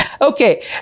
Okay